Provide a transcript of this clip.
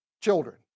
children